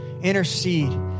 Intercede